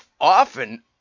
often